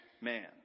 man